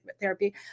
therapy